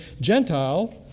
Gentile